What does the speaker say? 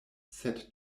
sed